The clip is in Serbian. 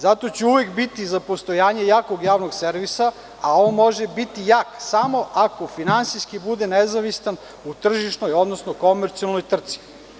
Zato ću uvek biti za postojanje jakog javnog servisa, a on može biti jak samo ako finansijski bude nezavistan u tržišnoj, odnosno komercijalnoj trci.